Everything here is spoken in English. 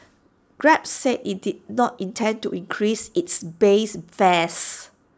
grab said IT did not intend to increase its base fares